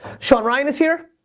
sean ryan is here.